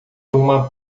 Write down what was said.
uma